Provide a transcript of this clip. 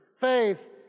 Faith